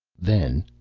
then,